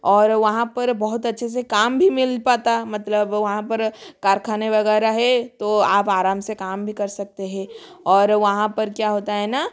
और वहाँ पर बहुत अच्छे से काम भी मिल पाता मतलब वहाँ पर कारखाने वगैरह है तो आप आराम से काम भी कर सकते है और वहाँ पर क्या होता है ना